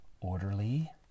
orderly